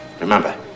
Remember